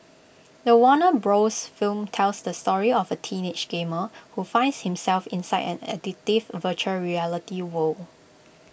the Warner bros film tells the story of A teenage gamer who finds himself inside an addictive Virtual Reality world